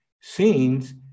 scenes